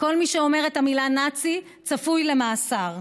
כל מי שאומר את המילה נאצי צפוי למאסר,